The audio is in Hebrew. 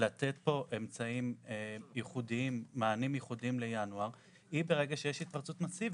לתת פה מענים ייחודיים לינואר זה ברגע שיש התפרצות מסיבית,